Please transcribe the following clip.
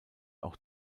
auch